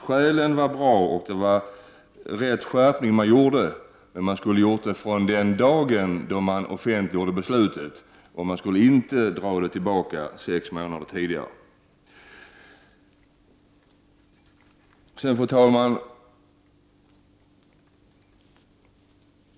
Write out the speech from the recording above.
Skälen var bra, och det var en riktig skärpning som gjordes, men lagen skulle ha gällt från den dagen då beslutet offentliggjordes och inte sex månader tidigare. Fru talman!